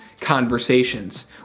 conversations